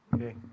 Okay